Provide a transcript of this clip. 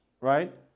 right